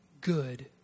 good